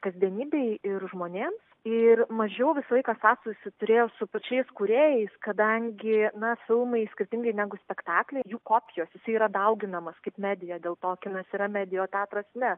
kasdienybei ir žmonėms ir mažiau visą laiką sąsajų jisai turėjo su pačiais kūrėjais kadangi na filmai skirtingai negu spektakliai jų kopijos jisai yra dauginamas kaip medija dėl to kinas yra medja o teatras ne